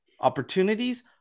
opportunities